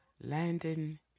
Landon